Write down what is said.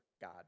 God